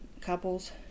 couples